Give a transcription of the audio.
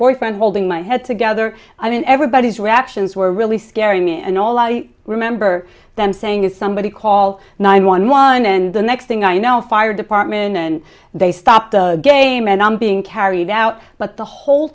boyfriend holding my head together i mean everybody's reactions were really scaring me and all i remember them saying is somebody call nine one one and the next thing i know the fire department and they stop the game and i'm being carried out but the whole